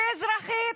כאזרחית